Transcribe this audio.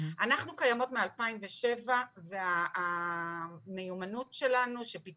אנחנו קיימות מאז שנת 2007 והמיומנות שלנו שאותה